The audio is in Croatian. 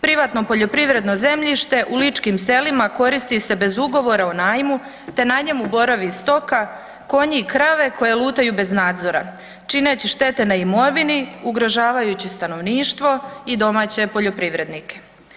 Privatno poljoprivredno zemljište u ličkim selima koristi se bez Ugovora o najmu, te na njemu boravi stoka konji i krave koji lutaju bez nadzora čineći štete na imovini, ugrožavajući stanovništvo i domaće poljoprivrednike.